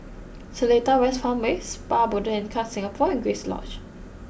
Seletar West Farmway Spa Botanica Singapore and Grace Lodge